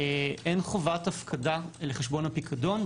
אין חובת הפקדה לחשבון הפיקדון.